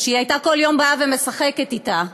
והיא הייתה כל יום באה ומשחקת אתה.